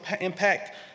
impact